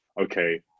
okay